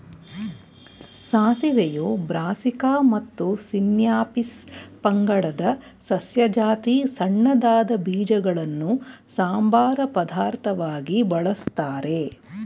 ಸಾಸಿವೆಯು Brassica ಮತ್ತು Sinapis ಪಂಗಡದ ಸಸ್ಯ ಜಾತಿ ಸಣ್ಣದಾದ ಬೀಜಗಳನ್ನು ಸಂಬಾರ ಪದಾರ್ಥವಾಗಿ ಬಳಸ್ತಾರೆ